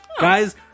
Guys